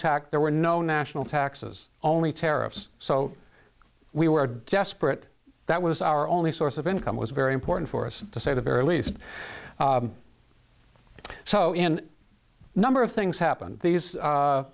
tax there were no national taxes only tariffs so we were desperate that was our only source of income was very important for us to say the very least so in a number of things happened these